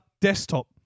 desktop